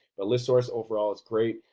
but listsource overall is great,